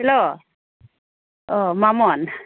hello औ मामोन